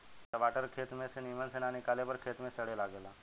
टमाटर के खेत में से निमन से ना निकाले पर खेते में सड़े लगेला